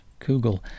Kugel